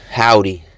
howdy